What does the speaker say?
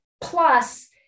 Plus